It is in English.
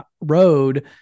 road